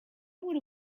would